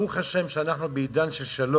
ברוך השם שאנחנו בעידן של שלום,